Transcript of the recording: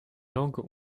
langues